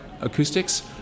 acoustics